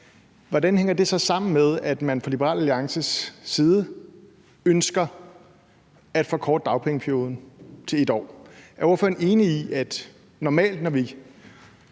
hvordan hænger det så sammen med, at man fra Liberal Alliances side ønsker at forkorte dagpengeperioden til 1 år? Er ordføreren enig i, at normalt, når vi